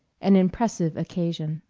an impressive occasion